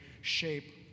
shape